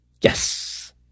Yes